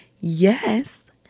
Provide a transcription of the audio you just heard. Yes